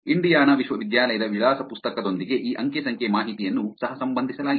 Indiana ವಿಶ್ವವಿದ್ಯಾಲಯದ ವಿಳಾಸ ಪುಸ್ತಕದೊಂದಿಗೆ ಈ ಅಂಕಿ ಸಂಖ್ಯೆ ಮಾಹಿತಿಯನ್ನು ಸಹಸಂಬಂಧಿಸಲಾಗಿದೆ